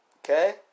Okay